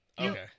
Okay